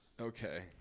Okay